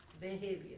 behavior